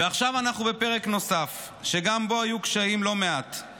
ועכשיו אנחנו בפרק נוסף, שגם בו היו לא מעט קשיים.